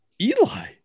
Eli